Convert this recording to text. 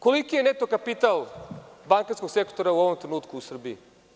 Koliki je neto kapital bankarskog sektora u ovom trenutku u Srbiji?